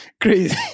crazy